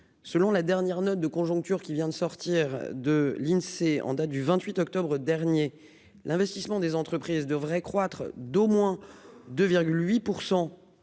selon la dernière note de conjoncture, qui vient de sortir de l'Insee, en date du 28 octobre dernier l'investissement des entreprises devrait croître d'au moins de